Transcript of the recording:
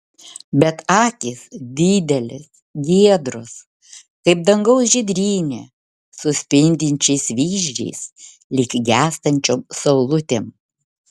bet akys didelės giedros kaip dangaus žydrynė su spindinčiais vyzdžiais lyg gęstančiom saulutėm